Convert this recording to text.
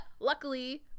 luckily